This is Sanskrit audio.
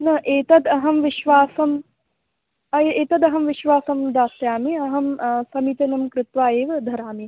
न एतद् अहं विश्वासम् अय् एतद् अहं विश्वासं दास्यामि अहं समीचीनं कृत्वा एव धरामि